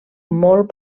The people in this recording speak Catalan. molt